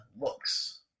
looks